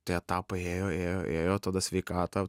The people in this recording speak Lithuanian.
tie etapai ėjo ėjo ėjo tada sveikatą